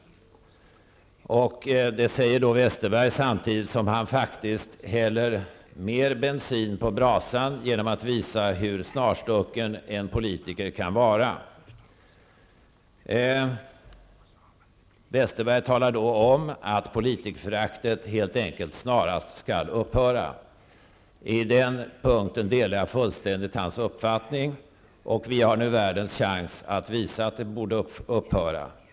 Det säger Bengt Westerberg samtidigt som han faktiskt häller mer bensin på brasan genom att visa hur snarstucken en politiker kan vara. Bengt Westerberg talar om att politikerföraktet helt enkelt snarast skall upphöra. På den punkten delar jag fullständigt hans uppfattning, och vi har nu världens chans att visa att det borde upphöra.